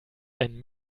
ein